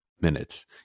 minutes